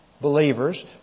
believers